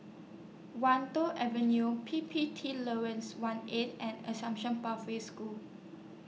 Wan Tho Avenue P P T one A and Assume Pathway School